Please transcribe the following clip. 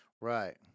Right